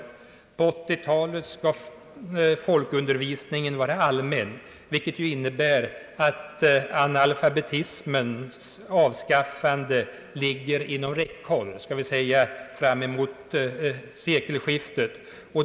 På 1980-talet skall folkundervisningen vara allmän, vilket ju innebär att analfabetismens avskaffande ligger inom räckhåll — skall vi säga fram emot sekelskiftet.